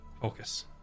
focus